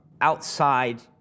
outside